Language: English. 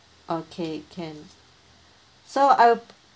okay can so I'll